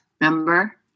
Remember